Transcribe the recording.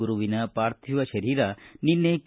ಗುರುವಿನ ಪಾರ್ಥೀವ ಶರೀರ ನಿನ್ನೆ ಕೆ